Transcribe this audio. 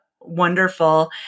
wonderful